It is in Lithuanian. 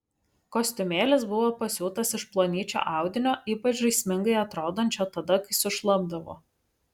kostiumėlis buvo pasiūtas iš plonyčio audinio ypač žaismingai atrodančio tada kai sušlapdavo